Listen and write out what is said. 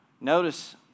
Notice